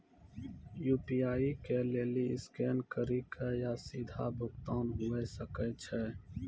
UPI के लेली scan करि के या सीधा भुगतान हुये सकै छै